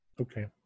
Okay